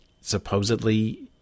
supposedly